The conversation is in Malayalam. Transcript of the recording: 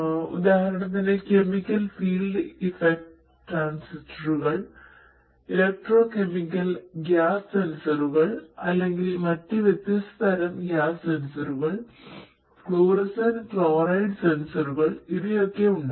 ഉദാഹരണത്തിന് കെമിക്കൽ ഫീൽഡ് ഇഫക്റ്റ് ട്രാൻസിസ്റ്ററുകൾ ഇലക്ട്രോകെമിക്കൽ ഗ്യാസ് സെൻസറുകൾ അല്ലെങ്കിൽ മറ്റ് വ്യത്യസ്ത തരം ഗ്യാസ് സെൻസറുകൾ ഫ്ലൂറസെന്റ് ക്ലോറൈഡ് സെൻസറുകൾ ഇവയൊക്കെ ഉണ്ടാകാം